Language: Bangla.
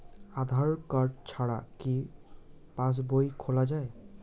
আধার কার্ড ছাড়া কি পাসবই খোলা যায়?